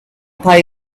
pie